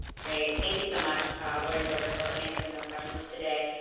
great, thank you so much laurie and georgia for answering those questions today.